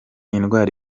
indwara